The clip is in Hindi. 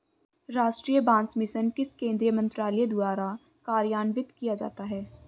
राष्ट्रीय बांस मिशन किस केंद्रीय मंत्रालय द्वारा कार्यान्वित किया जाता है?